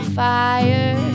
fire